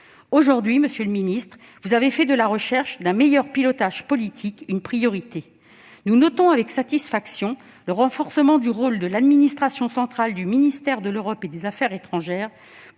Aujourd'hui, monsieur le ministre, vous avez fait de la recherche d'un meilleur pilotage politique une priorité. Nous notons avec satisfaction le renforcement du rôle de l'administration centrale du ministère de l'Europe et des affaires étrangères